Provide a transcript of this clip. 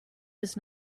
does